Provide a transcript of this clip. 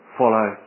follow